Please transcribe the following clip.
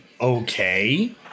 okay